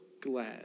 glad